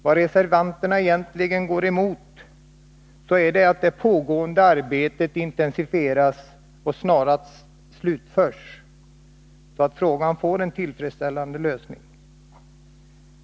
Det som reservanterna egentligen går emot är att pågående arbete intensifieras och snarast slutförs, så att frågan får en tillfredsställande lösning.